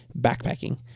backpacking